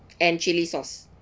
and chilli sauce